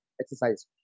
exercise